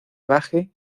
baje